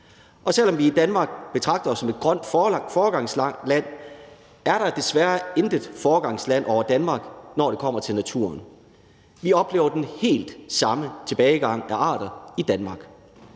Selv om vi i Danmark betragter os som et grønt foregangsland, er der desværre intet foregangsland over Danmark, når det kommer til naturen. Vi oplever den helt samme tilbagegang af arter i Danmark.